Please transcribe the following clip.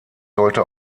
sollte